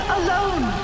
alone